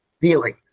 feeling